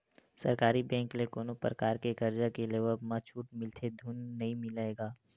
सरकारी बेंक ले कोनो परकार के करजा के लेवब म छूट मिलथे धून नइ मिलय गा?